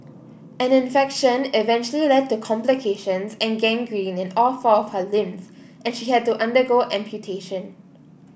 an infection eventually led to complications and gangrene in all four of her limbs and she had to undergo amputation